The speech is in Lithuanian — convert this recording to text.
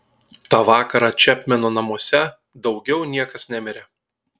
tą vakarą čepmeno namuose daugiau niekas nemirė